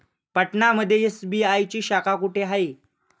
पटना मध्ये एस.बी.आय ची शाखा कुठे आहे?